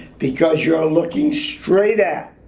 because you're looking straight at